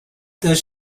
does